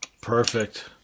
Perfect